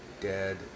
dead